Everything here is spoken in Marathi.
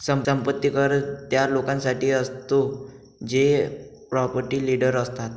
संपत्ती कर त्या लोकांसाठी असतो जे प्रॉपर्टी डीलर असतात